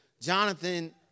Jonathan